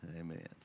Amen